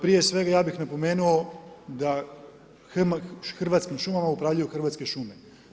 Prije svega, ja bih napomenuo da Hrvatskim šumama upravljaju Hrvatske šume.